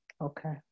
Okay